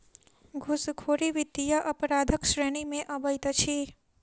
घूसखोरी वित्तीय अपराधक श्रेणी मे अबैत अछि